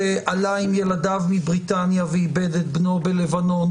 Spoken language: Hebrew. שעלה עם ילדיו מבריטניה ואיבד את בנו בלבנון.